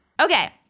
Okay